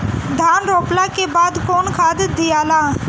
धान रोपला के बाद कौन खाद दियाला?